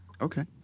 Okay